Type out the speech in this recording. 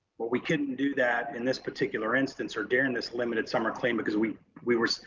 well we couldn't do that in this particular instance or during this limited summer clean, because we we were,